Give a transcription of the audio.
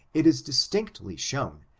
it is distinctly shown,